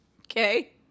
Okay